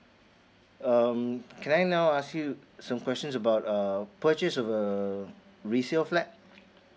um can I now ask you some questions about um purchase of a resale flat